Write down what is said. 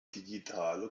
digitale